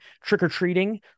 trick-or-treating